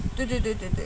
对对对对对